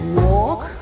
walk